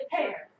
Hair